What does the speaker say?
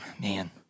man